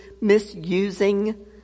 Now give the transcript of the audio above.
misusing